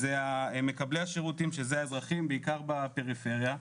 אלו מקבלי השירותים, שזה האזרחים, בעיקר בפריפריה.